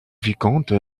vicomte